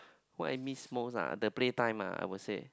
what I miss most ah the play time ah I would say